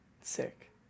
Sick